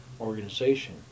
organization